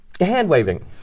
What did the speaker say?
Hand-waving